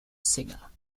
singer